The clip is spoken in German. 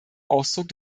ausdruck